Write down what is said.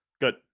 Good